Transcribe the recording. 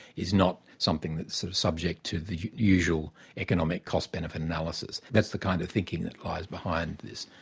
is not something that's subject to the usual economic cost-benefit analysis. that's the kind of thinking that lies behind this.